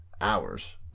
hours